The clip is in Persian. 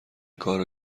کارو